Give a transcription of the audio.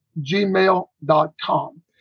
gmail.com